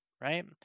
right